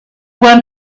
want